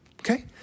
Okay